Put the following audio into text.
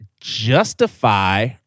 justify